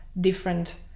different